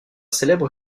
célèbre